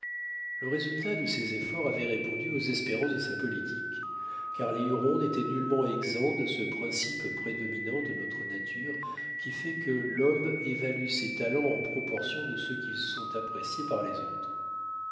le résultat de ses efforts avait répondu aux espérances de sa politique car les hurons n'étaient nullement exempts de ce principe prédominant de notre nature qui fait que l'homme évalue ses talents en proportion de ce qu'ils sont appréciés par les autres